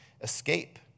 escape